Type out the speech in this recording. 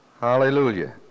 Hallelujah